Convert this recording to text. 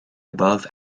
above